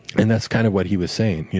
and that's kind of what he was saying. yeah